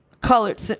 colored